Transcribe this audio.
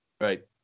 Right